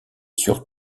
sur